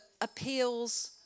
appeals